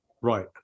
Right